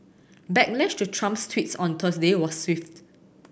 backlash to Trump's tweets on Thursday was swift